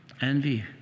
envy